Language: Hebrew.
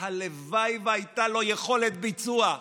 והלוואי שהייתה לו יכולת ביצוע.